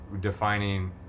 defining